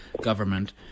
government